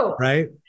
Right